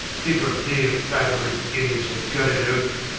people pay him five hundred guineas to cut it out.